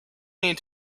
need